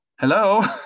Hello